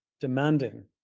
demanding